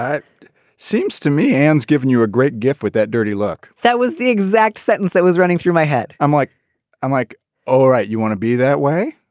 ah it seems to me and given you a great gift with that dirty look that was the exact sentence that was running through my head i'm like i'm like all right you want to be that way.